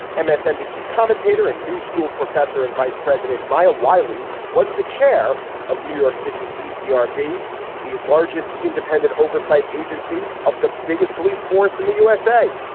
and msnbc commentator and new school professor and vice president maya wiley was the chair of new york city's ccr be the largest independent oversight agency of the biggest police force in the usa.